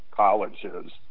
Colleges